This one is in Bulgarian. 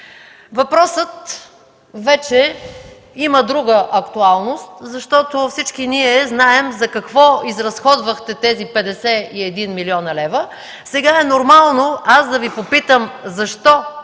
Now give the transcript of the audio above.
Въпросът вече има друга актуалност, защото всички ние знаем за какво изразходвахте тези 51 млн. лв. Сега е нормално да Ви запитам: защо